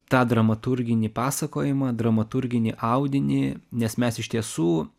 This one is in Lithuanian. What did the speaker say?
tą dramaturginį pasakojimą dramaturginį audinį nes mes iš tiesų